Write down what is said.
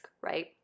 right